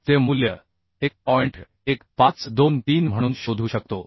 चे मूल्य 1 म्हणून शोधू शकतो